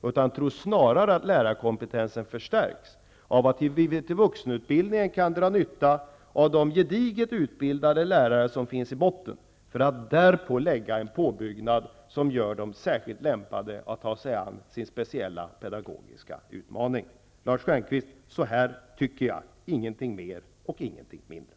Snarare tror jag att lärarkompetensen förstärks om vi beträffande vuxenutbildningen kan dra nytta av de gediget utbildade lärare som finns i botten och som därutöver får en påbyggnad som gör dem särskilt lämpade för den här speciella pedagogiska utmaningen. Lars Stjernkvist, detta är vad jag tycker -- ingenting mer och ingenting mindre.